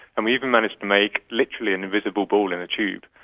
and we even managed to make literally an invisible ball in a tube.